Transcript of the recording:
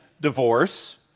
divorce